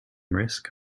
risk